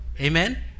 Amen